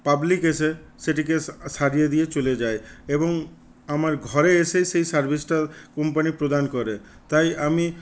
public এসে সেটিকে সারিয়ে দিয়ে চলে যায় এবং আমার ঘরে এসে সেই সার্ভিসটা কোম্পানি প্রদান করে তাই আমি